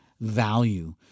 value